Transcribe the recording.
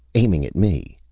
aiming at me.